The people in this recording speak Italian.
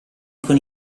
con